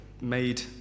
made